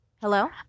Hello